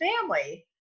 family